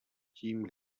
tím